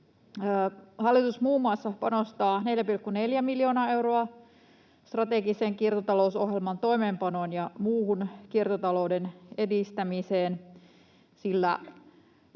Hallitus muun muassa panostaa 4,4 miljoonaa euroa strategisen kiertotalousohjelman toimeenpanoon ja muuhun kiertotalouden edistämiseen. Sillä